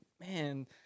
man